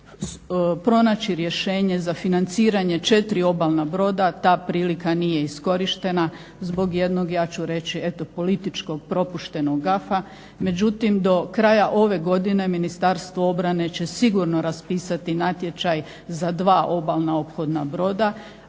pronaći rješenje za financiranje 4 obalna broda ta prilika nije iskorištena zbog jednog, ja ću reći eto političkog propuštenog gafa. Međutim, do kraja ove godine Ministarstvo obrane će sigurno raspisati natječaj za 2 obalna ophodna broda.